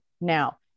now